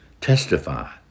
testify